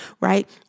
Right